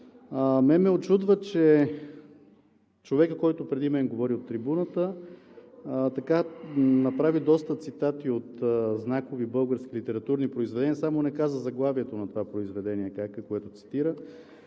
ме учудва, че човекът, който преди мен говори от трибуната, направи доста цитати от знакови, български, литературни произведения, само не каза заглавието на това произведение, което цитира.